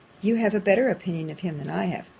you have a better opinion of him than i have.